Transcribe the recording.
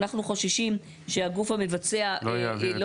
אנחנו חוששים שהגוף המבצע --- לא יעביר.